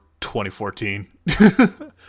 2014